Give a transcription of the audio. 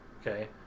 Okay